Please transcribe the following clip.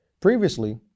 Previously